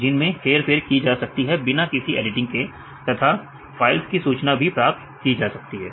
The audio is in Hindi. जिन में हेरफेर की जा सके बिना किसी एडिटिंग के तथा फाइल्स की सूचना भी प्राप्त की जा सकती है